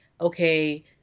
okay